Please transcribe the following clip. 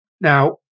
Now